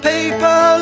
Paper